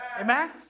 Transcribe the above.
Amen